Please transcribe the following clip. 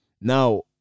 Now